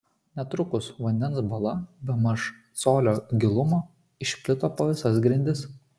netrukus vandens bala bemaž colio gilumo išplito po visas grindis